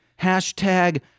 Hashtag